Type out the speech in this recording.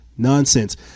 nonsense